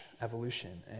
evolution